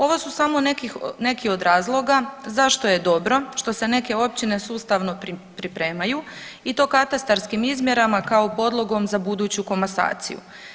Ovo su samo neki od razloga zašto je dobro što se neke općine sustavno pripremaju i to katastarskim izmjerama kao podlogom za buduću komasaciju.